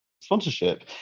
sponsorship